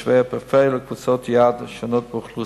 לתושבי הפריפריה ולקבוצות יעד שונות באוכלוסייה.